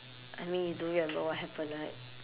I mean do you remember what happen right